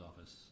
Office